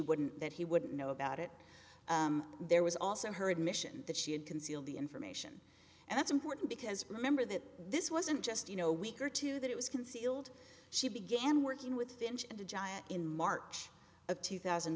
wouldn't that he wouldn't know about it there was also her admission that she had concealed the information and that's important because remember that this wasn't just you know week or two that it was concealed she began working with finch and the giant in march of two thousand